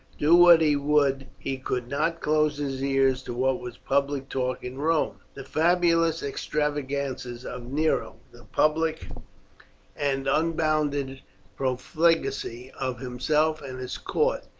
do what he would he could not close his ears to what was public talk in rome. the fabulous extravagances of nero, the public and unbounded profligacy of himself and his court,